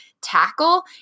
tackle